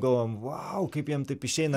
galvojom vau kaip jiem taip išeina